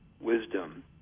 wisdom